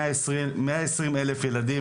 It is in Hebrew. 120 אלף ילדים,